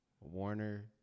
Warner